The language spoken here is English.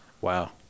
Wow